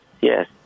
yes